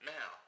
Now